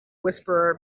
whisperer